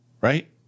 Right